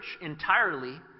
entirely